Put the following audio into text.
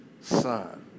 son